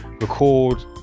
record